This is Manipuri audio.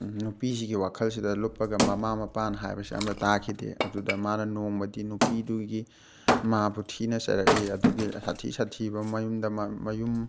ꯅꯨꯄꯤꯁꯤꯒꯤ ꯋꯥꯈꯜꯁꯤꯗ ꯂꯨꯞꯄꯒ ꯃꯃꯥ ꯃꯄꯥꯅ ꯍꯥꯏꯕꯁꯤ ꯑꯃꯇ ꯇꯥꯈꯤꯗꯦ ꯑꯗꯨꯗ ꯃꯥꯅ ꯅꯣꯡꯃꯗꯤ ꯅꯨꯄꯤꯗꯨꯒꯤ ꯃꯥꯕꯨ ꯊꯤꯅ ꯆꯩꯔꯛꯏ ꯑꯗꯨꯒꯤ ꯁꯥꯊꯤ ꯁꯥꯊꯤꯕ ꯃꯌꯨꯝꯗ ꯃꯌꯨꯝ